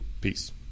Peace